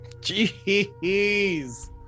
Jeez